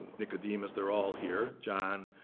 nicodemus, they're all here john,